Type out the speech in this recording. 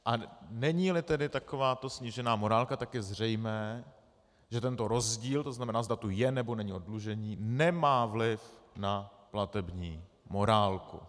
A neníli tedy takováto snížená morálka, tak je zřejmé, že tento rozdíl, to znamená, zda tu je, nebo není oddlužení, nemá vliv na platební morálku.